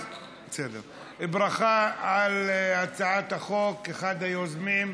ברכה על הצעת החוק מאחד היוזמים.